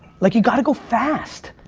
like you gotta go fast.